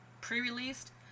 pre-released